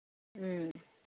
ꯎꯝ